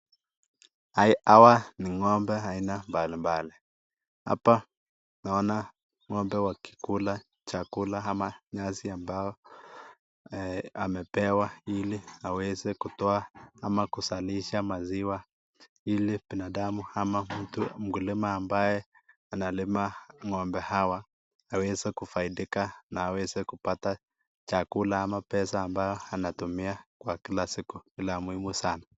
Hawa ni ng'ombe wa aina mbalimbali, hapa naona wakikula chakula kama nyasi ambao amepewa ili aweze kuzalisha maziwa ili binadamu ama mtu mkulima ambaye analima ng'ombe hawa aweze kufaidika ama kupata chakula ama pesa ambayo anatumia kwa kila siku. La muhimu sana.